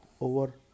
over